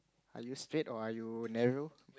are you straight or are you narrow